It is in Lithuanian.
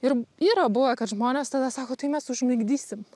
ir yra buvę kad žmonės tada sako tai mes užmigdysim